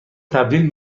تبدیل